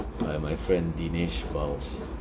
by my friend dinesh valls